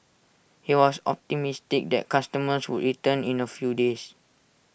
he was optimistic their customers would return in A few days